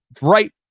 right